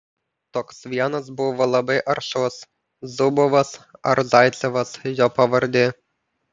toks vienas buvo labai aršus zubovas ar zaicevas jo pavardė